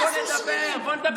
בואו נדבר.